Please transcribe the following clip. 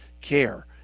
care